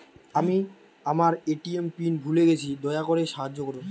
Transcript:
আমি আমার ATM PIN ভুলে গেছি, দয়া করে সাহায্য করুন